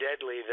deadly